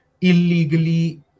illegally